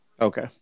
Okay